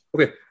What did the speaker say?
Okay